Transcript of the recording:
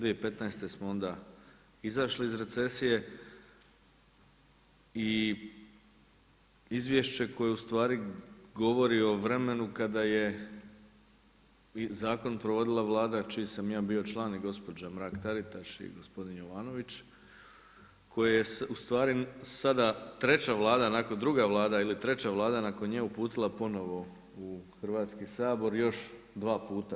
2015. smo onda izašli iz recesije i izvješće koje u stvari govori o vremenu kada je zakon provodila Vlada čiji sam ja bio član i gospođa Mrak-Taritaš i gospodin Jovanović koji je u stvari sada treća Vlada nakon druga Vlada ili treća Vlada nakon nje uputila ponovo u Hrvatski sabor još dva puta.